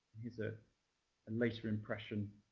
here's a and later impression,